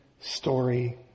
story